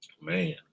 Man